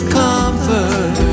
comfort